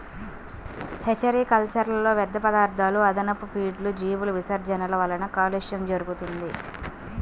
hatchery కల్చర్లో వ్యర్థపదార్థాలు, అదనపు ఫీడ్లు, జీవుల విసర్జనల వలన కాలుష్యం జరుగుతుంది